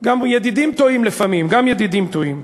גם ידידים טועים לפעמים, גם ידידים טועים,